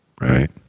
right